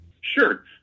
Sure